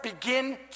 begin